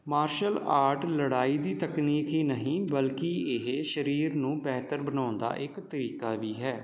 martial art ਲੜਾਈ ਦੀ ਤਕਨੀਕ ਹੀ ਨਹੀਂ ਬਲਕਿ ਇਹ ਸਰੀਰ ਨੂੰ ਬਿਹਤਰ ਬਣਾਉਣ ਦਾ ਇੱਕ ਤਰੀਕਾ ਵੀ ਹੈ